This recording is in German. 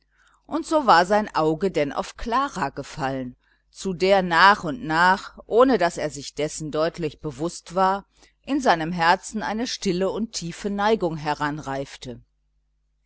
und so war sein auge denn auf klara gefallen zu der nach und nach ohne daß er sich dessen deutlich bewußt war in seinem herzen eine stille und tiefe neigung heranreifte